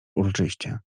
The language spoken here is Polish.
uroczyście